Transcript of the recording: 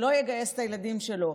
שלא יגייס את הילדים שלו,